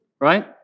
right